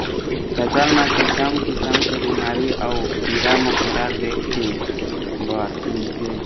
फसल म किसम किसम के बिमारी अउ कीरा मकोरा देखे बर मिलथे